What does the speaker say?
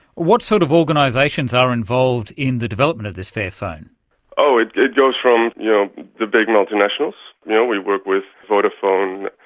what sort of organisations are involved in the development of this fairphone? it it goes from you know the big multinationals, yeah we work with vodafone,